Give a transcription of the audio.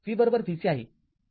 v v c आहे